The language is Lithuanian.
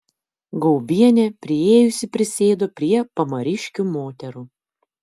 gaubienė priėjusi prisėdo prie pamariškių moterų